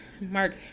mark